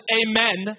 amen